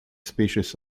species